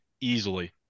Easily